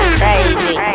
crazy